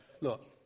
look